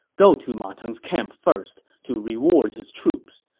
go to ma teng's camp first to reward his troops.